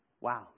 Wow